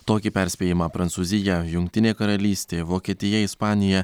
tokį perspėjimą prancūzija jungtinė karalystė vokietija ispanija